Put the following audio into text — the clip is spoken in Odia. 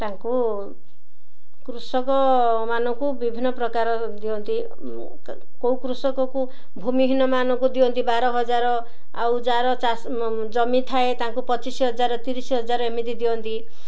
ତା'ଙ୍କୁ କୃଷକମାନଙ୍କୁ ବିଭିନ୍ନ ପ୍ରକାର ଦିଅନ୍ତି କୋଉ କୃଷକକୁ ଭୂମିହୀନ ମାନଙ୍କୁ ଦିଅନ୍ତି ବାର ହଜାର ଆଉ ଯା'ର ଜମି ଥାଏ ତାଙ୍କୁ ପଚିଶ ହଜାର ତିରିଶ ହଜାର ଏମିତି ଦିଅନ୍ତି